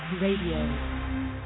Radio